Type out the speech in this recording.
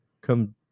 come